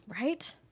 Right